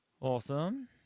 Awesome